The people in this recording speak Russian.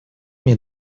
мне